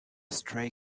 stray